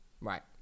Right